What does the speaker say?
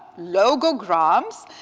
logograms,